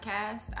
podcast